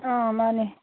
ꯑꯥ ꯃꯥꯅꯦ